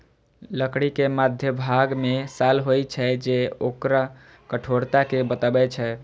लकड़ी के मध्यभाग मे साल होइ छै, जे ओकर कठोरता कें बतबै छै